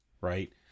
right